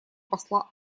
посла